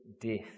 death